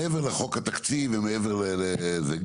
מעבר לחוק התקציב ומעבר לזה.